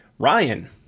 Ryan